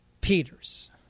Peters